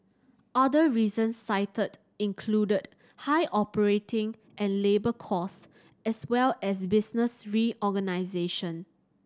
other reasons cited included high operating and labour costs as well as business reorganisation